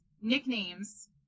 nicknames